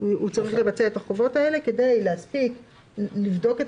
הוא צריך לבצע את החובות האלה כדי להספיק לבדוק את